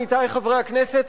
עמיתי חברי הכנסת,